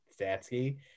Statsky